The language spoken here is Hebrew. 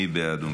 מי בעד?